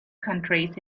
countries